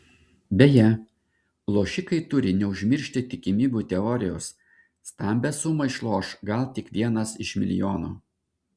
beje lošikai turi neužmiršti tikimybių teorijos stambią sumą išloš gal tik vienas iš milijono